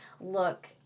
look